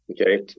okay